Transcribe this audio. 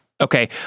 Okay